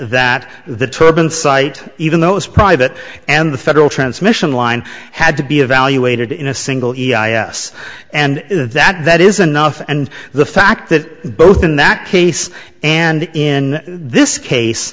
that the turban site even though it's private and the federal transmission line had to be evaluated in a single us and that that is enough and the fact that both in that case and in this case